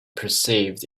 perceived